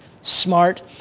smart